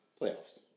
Playoffs